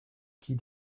qu’ils